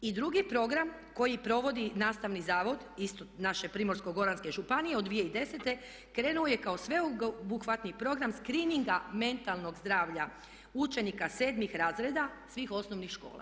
I drugi program koji provodi nastavni zavod, isto naše Primorsko-goranske županije od 2010. krenuo je kao sveobuhvatni program screeninga mentalnog zdravlja učenika sedmih razreda svih osnovnih škola.